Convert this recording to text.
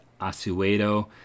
Asueto